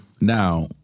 now